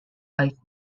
life